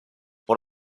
por